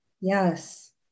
Yes